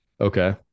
Okay